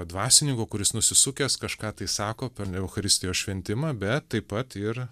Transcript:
dvasininko kuris nusisukęs kažką tai sako per eucharistijos šventimą bet taip pat ir